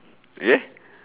okay